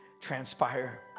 transpire